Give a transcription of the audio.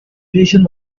delicious